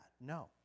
No